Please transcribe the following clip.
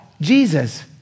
Jesus